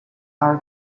are